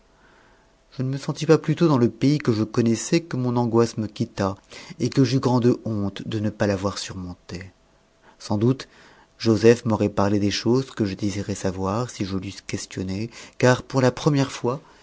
je ne me sentis pas plutôt dans le pays que je connaissais que mon angoisse me quitta et que j'eus grande honte de ne pas l'avoir surmontée sans doute joseph m'aurait parlé des choses que je désirais savoir si je l'eusse questionné car pour la première fois